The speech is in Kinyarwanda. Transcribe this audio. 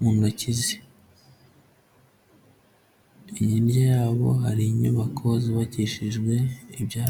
mu ntoki ze, hirya yabo hari inyubako zubakishijwe ibyatsi.